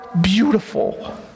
beautiful